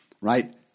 right